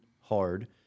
hard